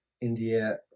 India